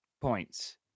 points